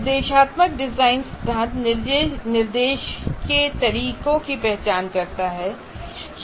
निर्देशात्मक डिजाइन सिद्धांत निर्देश के तरीकों की पहचान करता है